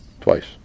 Twice